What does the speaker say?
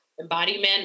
embodiment